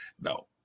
no